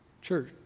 church